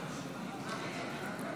נגד.